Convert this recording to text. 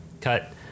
cut